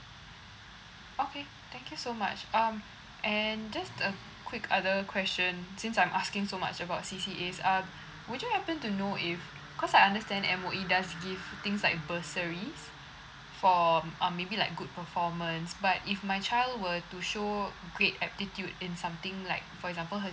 okay thank you so much um and just a quick other question since I'm asking so much about C_C_A's um would you happen to know if cause I understand M_O_E does give things like bursaries for um maybe like good performance but if my child were to show great aptitude in something like for example her